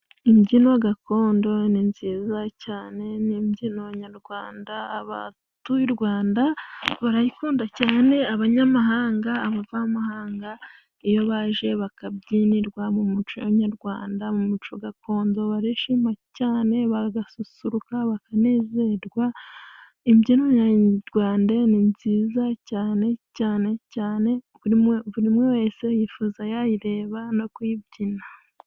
Imbyino gakondo ni nziza cyane, n'imbyino nyarwanda abatuyurwanda barayikunda cyane ,abanyamahanga, abavamahanga iyo baje bakabyinirwa mu muco nyarwanda, mu muco gakondo barishima cyane bagasusururuka ,bakanezerwa ,imbyino nyayarwanda ni nziza cyane, cyane, cyane, buri umwe wese yifuza yayireba no kuyibyina.